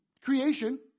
creation